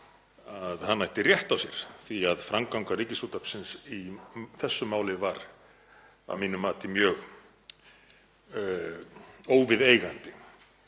að hann ætti rétt á sér. Framganga Ríkisútvarpsins í þessu máli var að mínu mati mjög óviðeigandi.